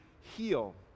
heal